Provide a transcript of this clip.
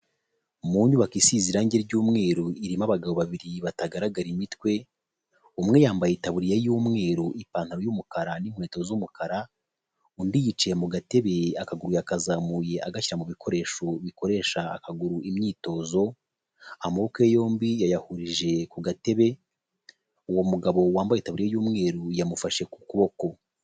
Mu nyubako isize irangi ry'umweru irimo abagabo babiri batagaragara imitwe, umwe yambaye itaburiya y'umweru, ipantaro y'umukara n'inkweto z'umukara, undi yicaye mu gatebe akaguru yakazamuye agashyira mu bikoresho bikoresha akaguru imyitozo amaboko yombi yayahurije ku gatebe, uwo mugabo wambaye itaburiya y'umweru yamufashe ku kuboko.